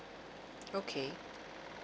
okay